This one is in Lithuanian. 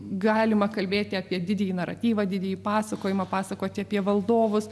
galima kalbėti apie didįjį naratyvą didįjį pasakojimą pasakoti apie valdovus